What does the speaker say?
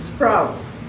Sprouts